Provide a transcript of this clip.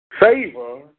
Favor